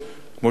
כמו שאני אומר,